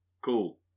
Cool